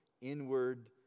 inward